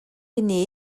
ainé